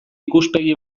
ikuspegi